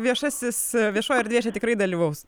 viešasis viešoji erdvė čia tikrai dalyvaus